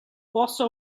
also